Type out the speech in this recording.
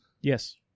Yes